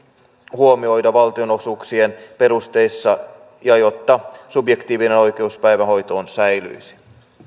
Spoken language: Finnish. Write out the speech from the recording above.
huomioida valtionosuuksien perusteissa ja jotta subjektiivinen oikeus päivähoitoon säilyisi